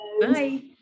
Bye